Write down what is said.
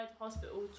Hospital